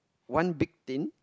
one big tin